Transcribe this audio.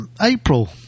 April